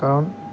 কাৰণ